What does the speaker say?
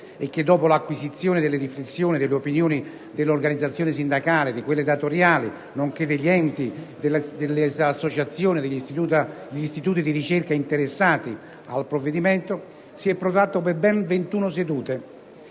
e che, dopo l'acquisizione delle riflessioni e delle opinioni delle organizzazioni sindacali e datoriali, nonché degli enti, delle associazioni e degli istituti di ricerca interessati, si è protratto per 21 sedute.